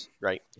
Right